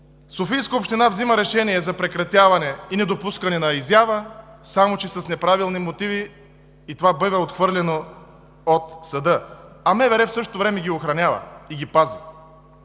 Софийска община взема решение за прекратяване и недопускане на изява, само че с неправилни мотиви, и това бива отхвърлено от съда, а в същото време МВР ги охранява и ги пази.